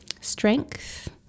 strength